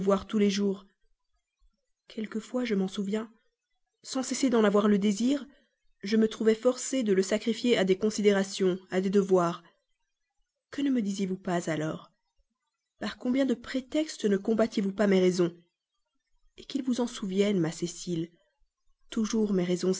tous les jours quelquefois je m'en souviens sans cesser d'en avoir le désir je me trouvais forcé de le sacrifier à des considérations à des devoirs que ne me disiez-vous pas alors par combien de prétextes ne combattiez vous pas mes raisons et qu'il vous en souvienne ma cécile toujours mes raisons